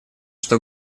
что